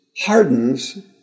hardens